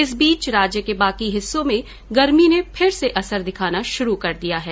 इस बीच राज्य के बाकी हिस्सों में गर्मी ने फिर से असर दिखना शुरू कर दिया है